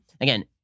Again